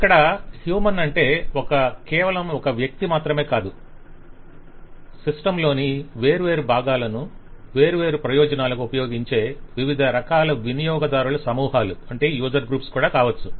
ఇక్కడ హ్యూమన్ అంటే ఒక కేవలం ఒక వ్యక్తి మాత్రమే కాదు సిస్టమ్ లోని వేర్వేరు బాగాలను వేర్వేరు ప్రయోజనాలకు ఉపయోగించే వివిధ రకాలైన వినియోగదారుల సమూహాలు కూడా కావచ్చు